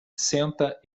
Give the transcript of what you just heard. senta